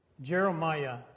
Jeremiah